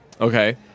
Okay